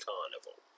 Carnival